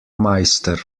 meister